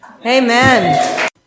Amen